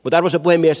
arvoisa puhemies